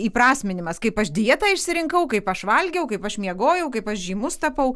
įprasminimas kaip aš dietą išsirinkau kaip aš valgiau kaip aš miegojau kaip aš žymus tapau